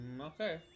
Okay